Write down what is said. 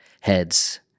heads